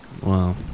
wow